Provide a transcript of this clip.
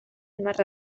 marra